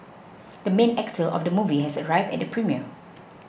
the main actor of the movie has arrived at the premiere